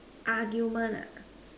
argument ah